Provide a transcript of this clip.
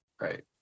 right